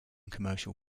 commercial